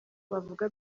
bavuga